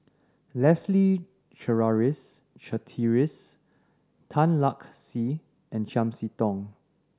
Leslie Charteris Tan Lark Sye and Chiam See Tong